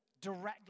directly